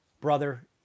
brother